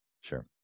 Sure